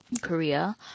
korea